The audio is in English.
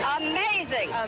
amazing